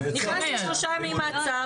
נכנס לשלושה ימים מעצר,